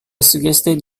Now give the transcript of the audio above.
suggested